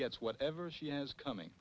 gets whatever she has coming